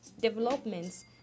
developments